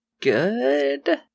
good